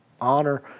honor